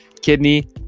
kidney